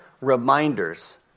reminders